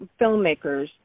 filmmakers